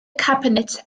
cabinet